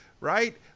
right